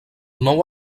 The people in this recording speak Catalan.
nou